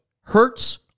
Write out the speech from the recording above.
Hurts